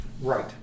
Right